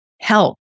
help